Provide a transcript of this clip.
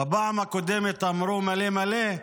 בפעם הקודמת אמרו: מלא מלא.